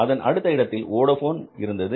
அதன் அடுத்த இடத்தில் வோடபோன் இருந்தது